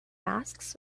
masks